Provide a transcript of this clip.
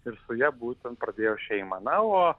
ir su ja būtent pradėjo šeimą na o